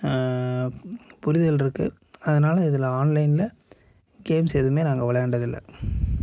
புரிதல் இருக்குது அதனால இதில் ஆன்லைன்ல கேம்ஸ் எதுவுமே நாங்கள் விளையாண்டதில்ல